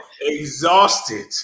exhausted